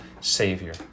savior